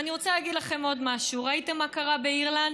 ואני רוצה להגיד לכם עוד משהו: ראיתם מה קרה באירלנד?